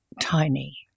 tiny